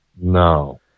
no